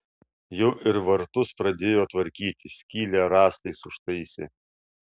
jau ir vartus pradėjo tvarkyti skylę rąstais užtaisė